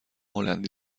هلندی